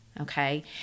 okay